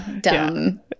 dumb